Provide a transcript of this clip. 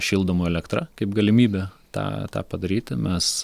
šildomų elektra kaip galimybė tą tą padaryti mes